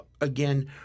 Again